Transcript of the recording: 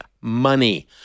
money